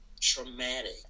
traumatic